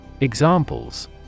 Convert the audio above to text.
Examples